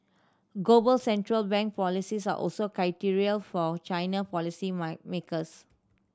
global central bank policies are also critical for China policy makers